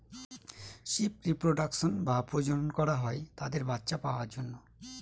sheep reproduction বা প্রজনন করা হয় তাদের বাচ্চা পাওয়ার জন্য